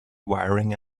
wiring